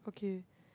okay